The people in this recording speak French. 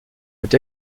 texte